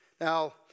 Now